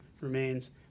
remains